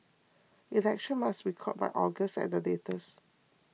elections must be called by August at the latest